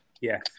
Yes